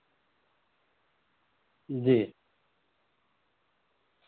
جی